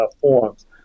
forms